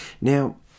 Now